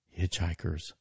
hitchhikers